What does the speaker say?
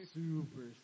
super